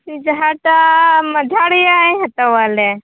ᱡᱟᱦᱟᱸ ᱴᱟᱜ ᱢᱟᱡᱷᱟᱲᱤᱭᱟᱭ ᱦᱟᱛᱟᱣᱟᱞᱮ